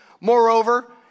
Moreover